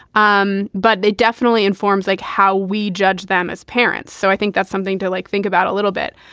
um but it definitely informs like how we judge them as parents. so i think that's something to like think about a little bit.